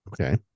Okay